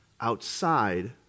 outside